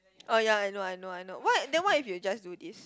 oh yea I know I know I know what then what if you just do this